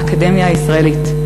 האקדמיה הישראלית,